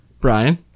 Brian